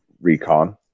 recon